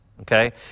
okay